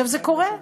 זה קורה,